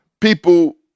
people